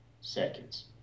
seconds